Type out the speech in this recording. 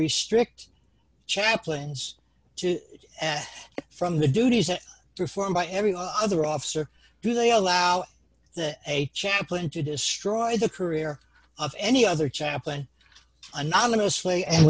restrict chaplains to from the duties performed by every other officer do they allow the a chaplain to destroy the career of any other chaplain anonymously and